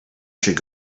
should